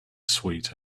sweet